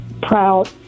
proud